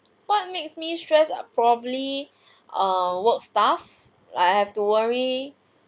what makes me stress are probably err work stuff like I have to worry